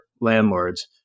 landlords